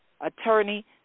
attorney